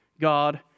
God